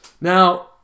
Now